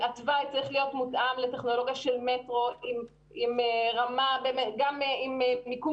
התוואי צריך להיות מותאם לטכנולוגיה של מטרו גם עם מיקום